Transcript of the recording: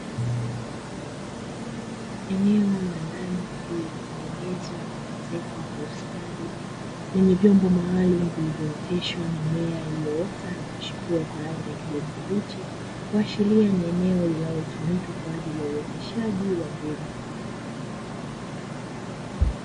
Eneo la ndani lililotengenezwa na kuezekwa kwa ustadi, lenye vyombo maalumu vilivyooteshwa mimea iliyoota na kuchipua kwa rangi ya kijani kibichi. Kuasharia ni eneo linalotumika kwa ajili uoteshaji wa mbegu.